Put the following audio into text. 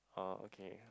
oh okay